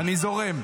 אני זורם.